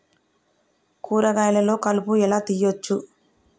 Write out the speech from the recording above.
కూరగాయలలో కలుపు ఎలా తీయచ్చు?